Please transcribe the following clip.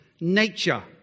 nature